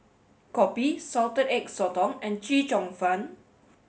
Kopi Salted Egg Sotong and Chee Cheong Fun